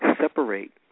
separate